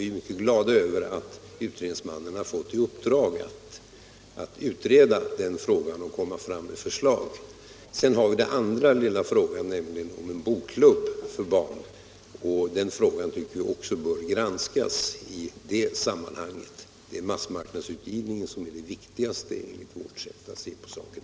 Vi är mycket glada över att utredningsmannen fått i uppdrag att utreda den frågan och komma med förslag. Den andra lilla frågan — om en bokklubb för barn — tycker vi bör granskas i det sammanhanget. Det är massmarknadsutgivningen som är det viktigaste enligt vårt sätt att se på saken.